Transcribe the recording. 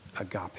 agape